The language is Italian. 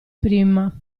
prima